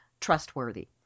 trustworthy